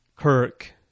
Kirk